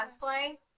cosplay